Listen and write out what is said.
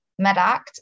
Medact